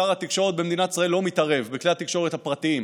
שר התקשורת במדינת ישראל לא מתערב בכלי התקשורת הפרטיים.